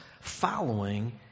following